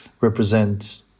represent